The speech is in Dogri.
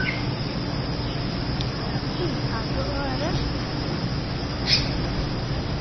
बस ठीक ठाक और